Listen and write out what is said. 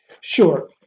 Sure